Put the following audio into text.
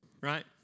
Right